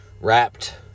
Wrapped